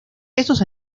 estos